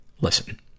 Listen